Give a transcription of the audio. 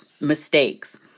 mistakes